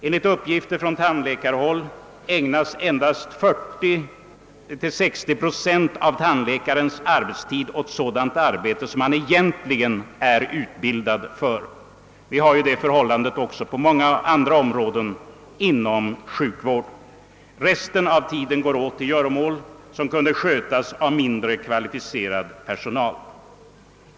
Enligt uppgifter från tandläkarhåll ägnas endast 40—560 procent av tandläkarens arbetstid åt sådant arbete som han egentligen är utbildad för. Vi har ju det förhållandet också på många andra områden inom sjukvården. Resten av tiden går åt till göromål som kunde skötas av mindre kvalificerad personal.